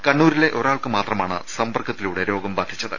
കണ്ണൂരിലെ ഒരാൾക്കു മാത്രമാണ് സമ്പർക്കത്തിലൂടെ രോഗം ബാധിച്ചത്